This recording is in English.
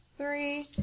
Three